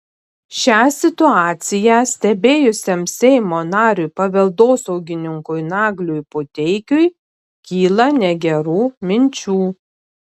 šią situaciją stebėjusiam seimo nariui paveldosaugininkui nagliui puteikiui kyla negerų minčių